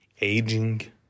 Aging